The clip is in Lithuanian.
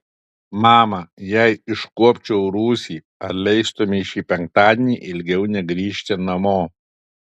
mama jeigu iškuopčiau rūsį ar leistumei šį penktadienį ilgiau negrįžti namo